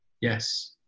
yes